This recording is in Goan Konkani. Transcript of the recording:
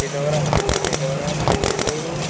तें दवरप आसता तें दवरप तेचें दवरून